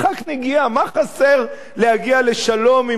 מה חסר להגיע לשלום עם המתון הזה,